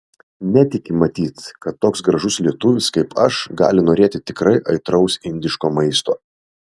netiki matyt kad toks gražus lietuvis kaip aš gali norėti tikrai aitraus indiško maisto